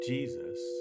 Jesus